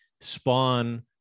Spawn